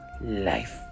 life